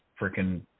freaking